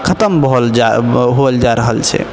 खतम भेल जा होल जा रहल छै